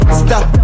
stop